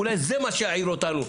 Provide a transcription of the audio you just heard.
אולי זה מה שיעיר אותנו.